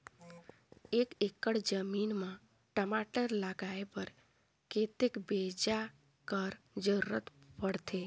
एक एकड़ जमीन म टमाटर लगाय बर कतेक बीजा कर जरूरत पड़थे?